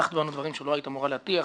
הטחת בנו דברים שלא היית אמורה להטיח.